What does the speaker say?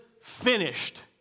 finished